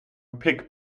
pig